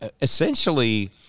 essentially –